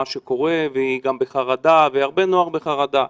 שקורה והיא גם בחרדה והרבה נוער בחרדה.